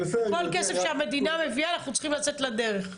כל כסף שהמדינה מביאה, אנחנו צריכים לצאת לדרך.